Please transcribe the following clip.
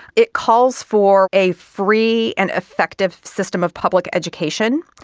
it calls for a free and effective system of public education.